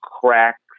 cracks